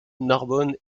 narbonne